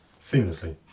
seamlessly